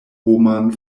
homan